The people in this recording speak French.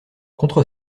contre